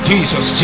Jesus